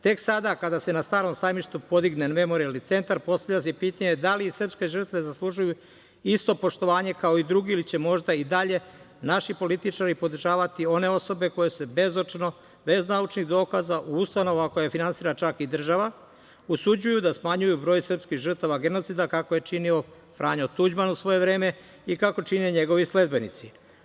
Tek sada, kada se na Starom sajmištu podigne Memorijalni centar, postavlja se pitanje da li srpske žrtve zaslužuju isto poštovanje kao i drugi, ili će možda i dalje naši političari podržavati one osobe koje se bezočno, bez naučnih dokaza ustanova koje finansira čak i država, usuđuju da smanjuju broj srpskih žrtava genocida, kako je činio Franjo Tuđman u svoje vreme i kako čine njegovi sledbenici.